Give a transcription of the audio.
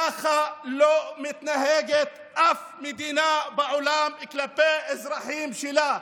ככה לא מתנהגת אף מדינה בעולם כלפי אזרחים שלה.